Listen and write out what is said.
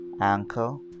ankle